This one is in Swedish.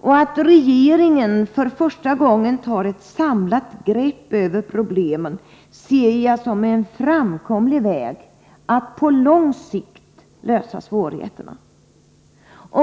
och att regeringen för första gången tar ett samlat grepp över problemen ser jag som en framkomlig väg att på lång sikt lösa svårigheterna.